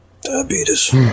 Diabetes